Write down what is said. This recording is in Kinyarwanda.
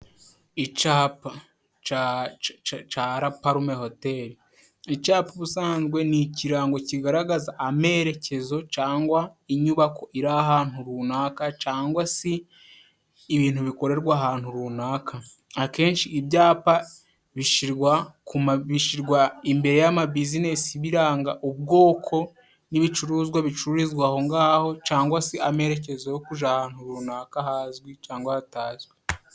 Icapa, ca ca Raparume hoteri. Icapa ubusanzwe ni ikirango kigaragaza amerekezo, cangwa inyubako iri ahantu runaka, cyangwa si, ibintu bikorerwa ahantu runaka. Akenshi ibyapa bishirwa ku bishyirwa imbere y'amabizinesi biranga ubwoko n'ibicuruzwa bicururizwa aho ngaho, cyangwa se amerekezo yo kuja ahantu runaka hazwi cyangwa hatazwi.